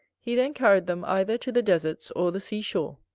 he then carried them either to the deserts, or the sea-shore,